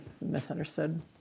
misunderstood